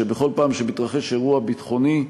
שבכל פעם שמתרחש אירוע ביטחוני,